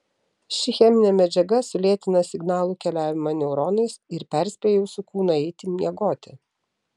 ši cheminė medžiaga sulėtina signalų keliavimą neuronais ir perspėja jūsų kūną eiti miegoti